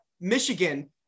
Michigan